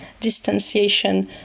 distanciation